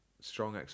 strong